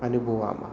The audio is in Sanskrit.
अनुभवामः